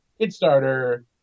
Kickstarter